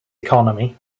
economy